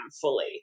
fully